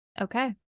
okay